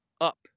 up